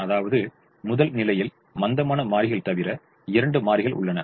அதாவது முதல்நிலையில் மந்தமான மாறிகள் தவிர இரண்டு மாறிகள் உள்ளன